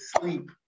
sleep